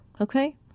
okay